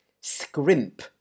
Scrimp